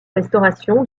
restauration